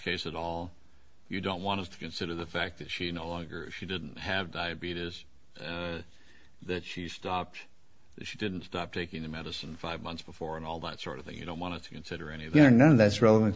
case at all you don't want to consider the fact that she no longer she didn't have diabetes that she stopped she didn't stop taking the medicine five months before and all that sort of thing you don't want to consider anything or none that's relevant